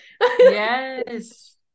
Yes